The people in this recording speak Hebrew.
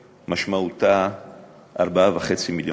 משמעותה 4.5 מיליון שקלים,